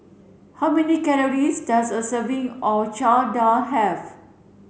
how many calories does a serving of Chana Dal have